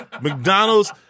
McDonald's